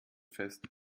fest